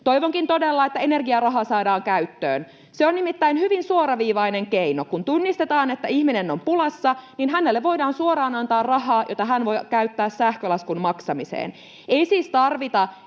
Toivonkin todella, että energiaraha saadaan käyttöön. Se on nimittäin hyvin suoraviivainen keino: kun tunnistetaan, että ihminen on pulassa, hänelle voidaan suoraan antaa rahaa, jota hän voi käyttää sähkölaskun maksamiseen. Ei siis tarvita